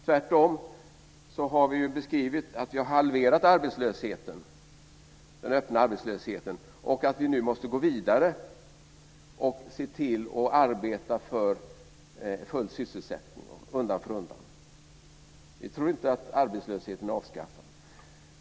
Tvärtom har vi beskrivit att vi har halverat den öppna arbetslösheten och att vi nu måste gå vidare och se till att undan för undan arbeta för full sysselsättning. Vi tror inte att arbetslösheten är avskaffad.